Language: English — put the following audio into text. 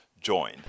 join